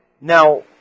Now